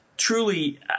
truly